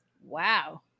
Wow